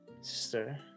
sister